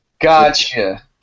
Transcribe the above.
Gotcha